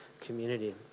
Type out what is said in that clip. community